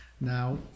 now